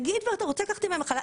נגיד ואתה רוצה לקחת ימי מחלה,